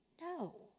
no